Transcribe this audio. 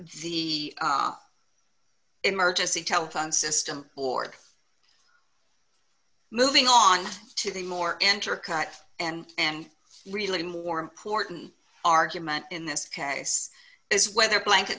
the emergency telephone system or moving on to the more intercut and really more important argument in this case is whether blanket